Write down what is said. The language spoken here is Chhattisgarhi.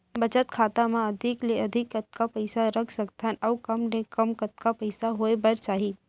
बचत खाता मा अधिक ले अधिक कतका पइसा रख सकथन अऊ कम ले कम कतका पइसा होय बर चाही?